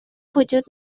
وجود